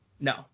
No